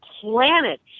planet